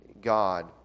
God